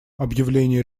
объявление